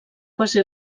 quasi